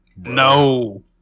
No